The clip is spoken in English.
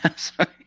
Sorry